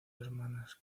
hermanas